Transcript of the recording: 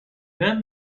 then